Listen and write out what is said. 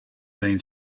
been